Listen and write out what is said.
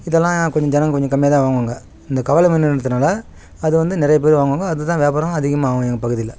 இதெல்லாம் கொஞ்சம் ஜனங்கள் கொஞ்சம் கம்மியாகதான் வாங்குவாங்க இந்த கவலை மீனுங்றதுனால அது வந்து நிறைய பேர் வாங்குவாங்க அது தான் வியாபாரம் அதிகமாக ஆகும் எங்கள் பகுதியில்